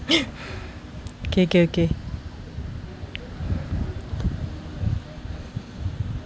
okay okay okay